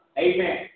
Amen